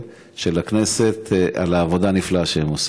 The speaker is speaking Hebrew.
של הכנסת על העבודה הנפלאה שהם עושים.